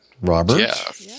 Robert